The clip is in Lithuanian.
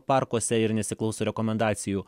parkuose ir nesiklauso rekomendacijų